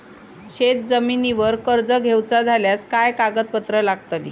शेत जमिनीवर कर्ज घेऊचा झाल्यास काय कागदपत्र लागतली?